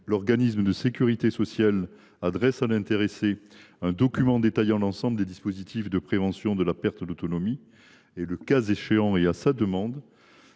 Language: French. l’organisme de sécurité sociale doit adresser à l’intéressé un document détaillant l’ensemble des dispositifs de prévention de la perte d’autonomie et, le cas échéant, et à sa demande,